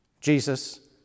Jesus